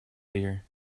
here